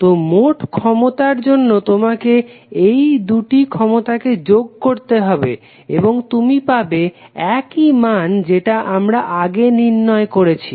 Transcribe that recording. তো মোট ক্ষমতার জন্য তোমাকে এই দুটি ক্ষমতাকে যোগ করতে হবে এবং তুমি পাবে একই মান যেটা আমরা আগে নির্ণয় করেছি